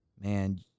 man